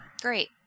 Great